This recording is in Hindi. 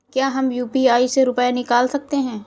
क्या हम यू.पी.आई से रुपये निकाल सकते हैं?